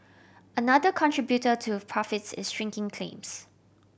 another contributor to profits is shrinking claims